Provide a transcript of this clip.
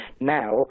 Now